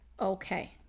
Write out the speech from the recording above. Okay